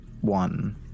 One